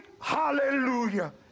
hallelujah